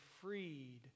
freed